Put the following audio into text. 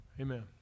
Amen